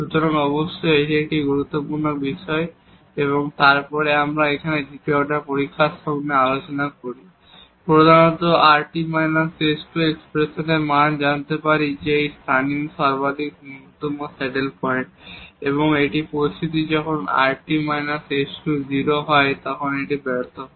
সুতরাং অবশ্যই এটি একটি গুরুত্বপূর্ণ বিষয় এবং তারপর আমরা এখানে দ্বিতীয় অর্ডার পরীক্ষার সাহায্যে আলোচনা করি প্রধানত এই rt − s2 এই এক্সপ্রেশনের মান আমরা জানতে পারি যে এটি স্থানীয় সর্বাধিক ন্যূনতম স্যাডেল পয়েন্ট এবং এটিতে পরিস্থিতি যখন rt − s2 0 হয় এটি কেবল ব্যর্থ হয়